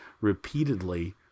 repeatedly